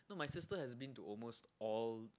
no my sister has been to almost all